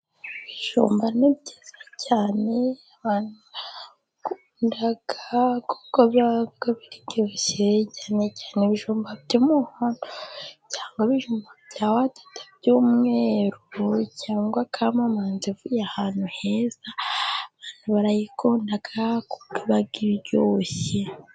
Ibijumba ni byiza cyane abantu barabikunda kuko biba biryoshye, cyane cyane ibijumba by'umuhondo cyangwa ibijuma bya wadite by'umweru, cyangwa kamamanzi ivuye ahantu heza, abantu barayikunda kubera ko iba iryoshye.